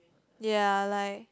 ya like